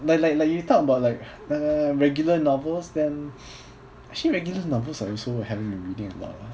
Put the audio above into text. like like like you talk about like uh regular novels then actually regular novels I also haven't been reading a lot ah